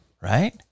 right